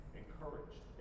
encouraged